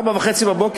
ב-04:30,